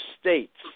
states